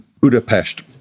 budapest